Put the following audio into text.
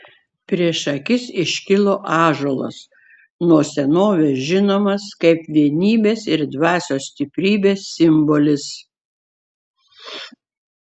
prieš akis iškilo ąžuolas nuo senovės žinomas kaip vienybės ir dvasios stiprybės simbolis